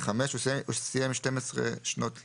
(5)הוא סיים 12 שנות לימוד,